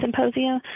Symposium